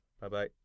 Bye-bye